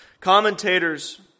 Commentators